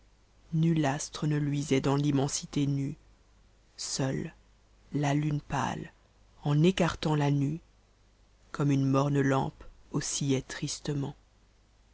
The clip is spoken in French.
nul astre ne luisait dans t'immensité nue seule la lune paie en écartant la nae comme une morne lampe oscillait tristement